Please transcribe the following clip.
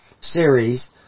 series